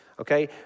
okay